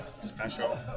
special